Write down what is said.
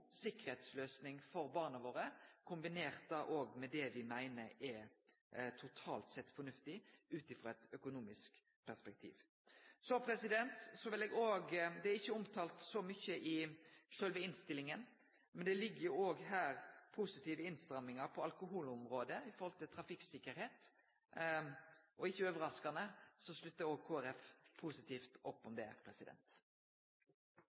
tryggleiksløysing for barna våre, kombinert med det me meiner er totalt sett fornuftig ut frå eit økonomisk perspektiv. Det er ikkje omtalt så mykje i sjølve innstillinga, men her ligg det òg positive innstrammingar på alkoholområdet i forhold til trafikktryggleik, og ikkje overraskande sluttar Kristeleg Folkeparti positivt opp